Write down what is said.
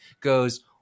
goes